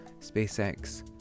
SpaceX